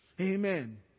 Amen